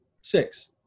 six